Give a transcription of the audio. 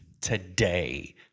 today